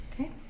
Okay